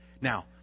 Now